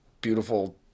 beautiful